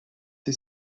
s’y